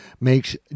makes